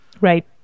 Right